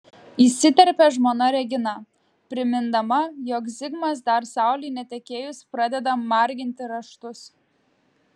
įsiterpia žmona regina primindama jog zigmas dar saulei netekėjus pradeda marginti raštus